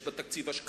יש בתקציב השקעה